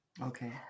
Okay